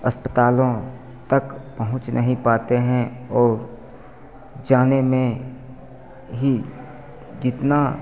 अस्पतालों तक पहुँच नहीं पाते हैं और जाने में ही जितना